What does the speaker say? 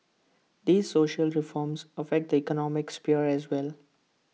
these social reforms affect economic sphere as well